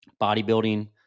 bodybuilding